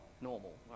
normal